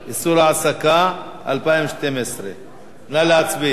(איסור העסקה), התשע"ב 2012. נא להצביע.